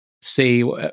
see